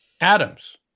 atoms